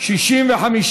2, כהצעת הוועדה, נתקבלו.